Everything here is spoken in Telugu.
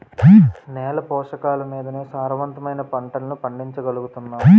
నేల పోషకాలమీదనే సారవంతమైన పంటలను పండించగలుగుతున్నాం